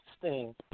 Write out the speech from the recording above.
Sting